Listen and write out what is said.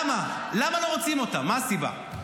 למה לא רוצים אותם, מה הסיבה?